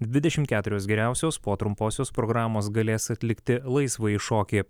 dvidešimt keturios geriausios po trumposios programos galės atlikti laisvąjį šokį